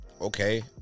Okay